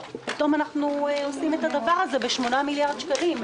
פתאום אנחנו עושים את הדבר הזה ב-8 מיליארד שקלים.